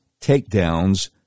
takedowns